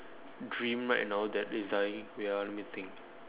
dream right now that is dying wait ah let me think